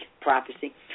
prophecy